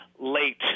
late